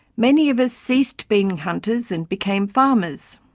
many of us ceased being hunters and became farmers.